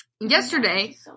Yesterday